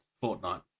fortnight